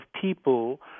people